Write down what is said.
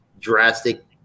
drastic